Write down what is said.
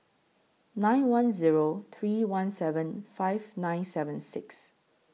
nine one Zero three one seven five nine seven six